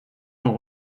son